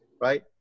right